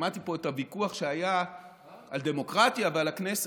שמעתי את הוויכוח שהיה על דמוקרטיה ועל הכנסת.